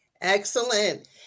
Excellent